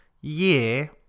year